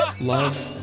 love